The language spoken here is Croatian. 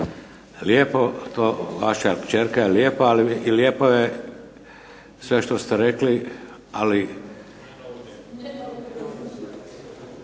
Lijepo. Vaša kćerka je lijepa i lijepo je sve što ste rekli. Ali